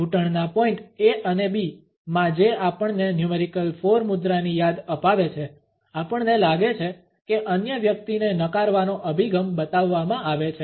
ઘૂંટણના point A અને B માં જે આપણને ન્યુમેરિકલ 4 મુદ્રાની યાદ અપાવે છે આપણને લાગે છે કે અન્ય વ્યક્તિને નકારવાનો અભિગમ બતાવવામાં આવે છે